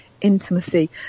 intimacy